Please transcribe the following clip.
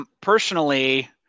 personally